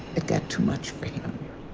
it got too much for him.